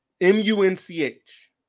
M-U-N-C-H